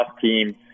team